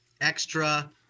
extra